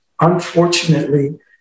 Unfortunately